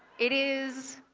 it is.